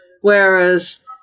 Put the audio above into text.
whereas